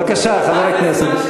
פשוט, לפחות איזה סימן שאלה בסוף.